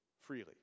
freely